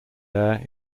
there